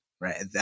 right